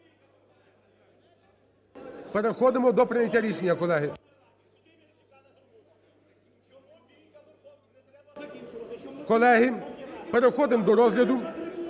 Переходимо до прийняття рішення, колеги. Колеги, переходимо до розгляду.